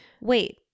Wait